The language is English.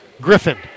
Griffin